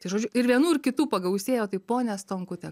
tai žodžiu ir vienų ir kitų pagausėjo tai ponia stonkute